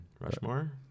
Rushmore